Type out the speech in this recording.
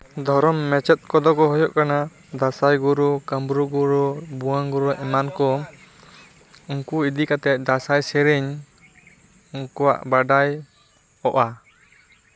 ᱫᱷᱚᱨᱚᱢ ᱢᱟᱪᱮᱫ ᱠᱚᱫᱚ ᱠᱚ ᱦᱳᱭᱳᱜ ᱠᱟᱱᱟ ᱫᱟᱸᱥᱟᱭ ᱜᱩᱨᱩ ᱠᱟᱢᱨᱩ ᱜᱩᱨᱩ ᱵᱷᱩᱣᱟᱹᱝ ᱜᱩᱨᱩ ᱮᱢᱟᱱ ᱠᱚ ᱩᱱᱠᱩ ᱤᱫᱤ ᱠᱟᱛᱮᱜ ᱫᱟᱸᱥᱟᱭ ᱥᱮᱨᱮᱧ ᱩᱱᱠᱩᱣᱟᱜ ᱵᱟᱰᱟᱭ ᱠᱚᱜᱼᱟ